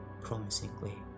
promisingly